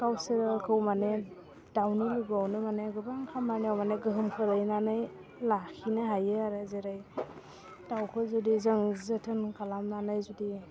गावसोरखौ माने दाउनि लोगोआवनो माने गोबां खामानियाव माने गोहोम खोलैनानै लाखिनो हायो आरो जेरै दाउखौ जुदि जों जोथोन खालामनानै जुदि